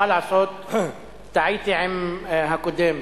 מה לעשות, טעיתי עם הקודם.